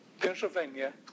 Pennsylvania